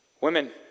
Women